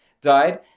died